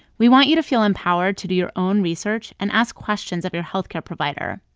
we want you to feel empowered to do your own research and ask questions of your healthcare provider.